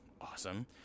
awesome